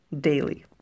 daily